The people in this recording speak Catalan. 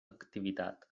activitat